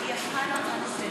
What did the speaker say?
היא הפכה להצעה לסדר-היום?